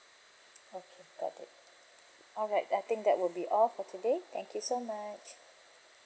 okay got it all right I think that would be all for today thank you so much